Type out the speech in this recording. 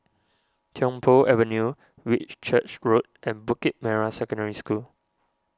Tiong Poh Avenue Whitchurch Road and Bukit Merah Secondary School